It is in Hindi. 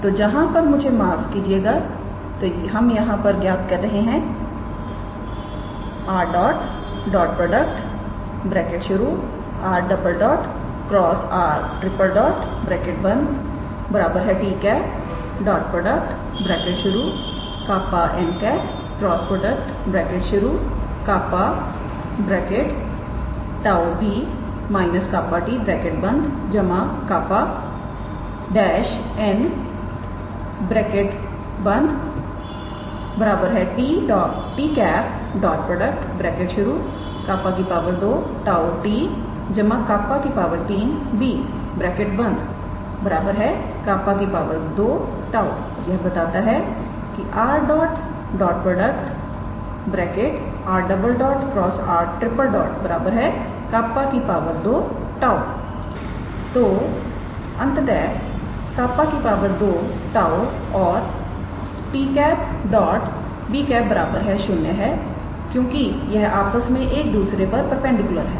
तो यहां पर मुझे माफ कीजिएगा तो हम यहां पर ज्ञात कर रहे हैं 𝑟̇ 𝑟̈× 𝑟⃛ 𝑡̂𝜅𝑛̂ × 𝜅𝜁𝑏̂ − 𝜅𝑡̂ 𝜅 ′𝑛̂ 𝑡̂ 𝜅 2 𝜁𝑡̂ 𝜅 3𝑏̂ 𝜅 2 𝜁 ⇒ 𝑟̇ 𝑟̈× 𝑟⃛ 𝜅 2 𝜁 तो यह अंततः 𝜅 2 𝜁 और 𝑡̂ 𝑏̂ 0 है क्योंकि यह आपस में एक दूसरे पर परपेंडिकुलर हैं